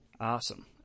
Awesome